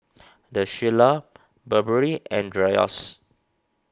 the Shilla Burberry and Dreyers